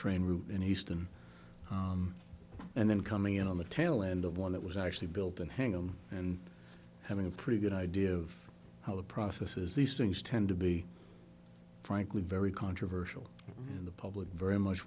train route and easton and then coming in on the tail end of one that was actually built and hang on and having a pretty good idea of how the process is these things tend to be frankly very controversial and the public very much